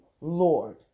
Lord